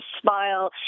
smile